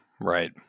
right